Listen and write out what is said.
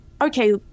okay